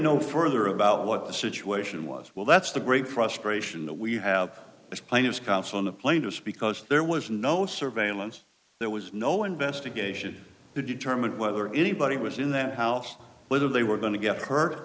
know further about what the situation was well that's the great frustration that we have as plaintiffs counsel in the plaintiffs because there was no surveillance there was no investigation to determine whether anybody was in that house whether they were going to get hurt